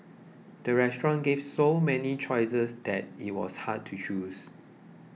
the restaurant gave so many choices that it was hard to choose